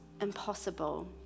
impossible